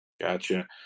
Gotcha